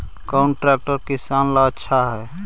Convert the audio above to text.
कौन ट्रैक्टर किसान ला आछा है?